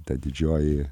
ta didžioji